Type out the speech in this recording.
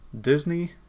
Disney